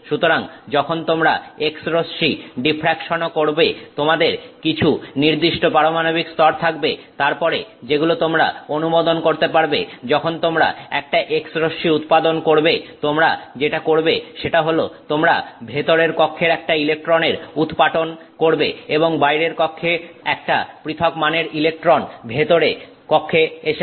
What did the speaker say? সুতরাং যখন তোমরা X রশ্মি ডিফ্রাকশন ও করবে তোমাদের কিছু নির্দিষ্ট পারমাণবিক স্তর থাকবে তারপরে যেগুলো তোমরা অনুমোদন করতে পারবে যখন তোমরা একটা X রশ্মি উৎপাদন করবে তোমরা যেটা করবে সেটা হলো তোমরা ভেতরের কক্ষের একটা ইলেকট্রনের উৎপাটন করবে এবং বাইরের কক্ষের একটা পৃথক মানের ইলেকট্রন ভেতরের কক্ষে এসে পড়বে